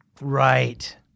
right